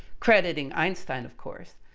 crediting einstein, of course,